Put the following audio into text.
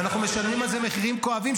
ואנחנו משלמים על זה מחירים כואבים.